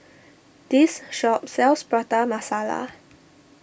this shop sells Prata Masala